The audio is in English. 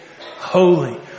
holy